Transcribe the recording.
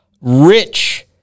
rich